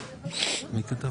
אבל אם כבר ממילא